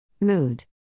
mood